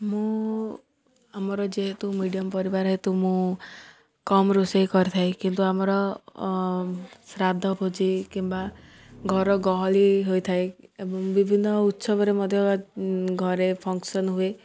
ମୁଁ ଆମର ଯେହେତୁ ମିଡ଼ିଅମ୍ ପରିବାର ହେତୁ ମୁଁ କମ୍ ରୋଷେଇ କରିଥାଏ କିନ୍ତୁ ଆମର ଶ୍ରାଦ୍ଧ ଭୋଜି କିମ୍ବା ଘର ଗହଳି ହୋଇଥାଏ ଏବଂ ବିଭିନ୍ନ ଉତ୍ସବରେ ମଧ୍ୟ ଘରେ ଫଙ୍କସନ୍ ହୁଏ